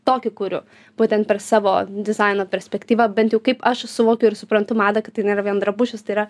tokį kuriu būtent per savo dizaino perspektyvą bent jau kaip aš suvokiu ir suprantu madą kad tai nėra vien drabužis tai yra